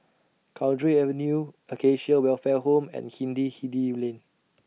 Cowdray Avenue Acacia Welfare Home and Hindhede Lane